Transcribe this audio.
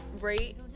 rate